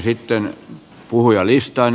sitten puhujalistaan